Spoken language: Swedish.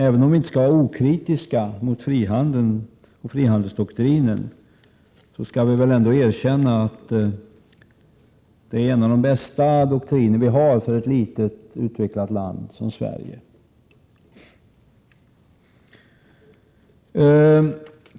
Även om vi inte skall vara okritiska mot frihandeln och frihandelsdoktrinen skall vi väl ändå erkänna att det är en av de bästa doktrinerna för ett litet, utvecklat land som Sverige.